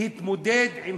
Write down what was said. להתמודד עם